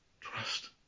Trust